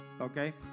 okay